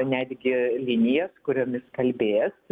netgi linijas kuriomis kalbės